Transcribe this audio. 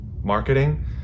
marketing